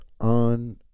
on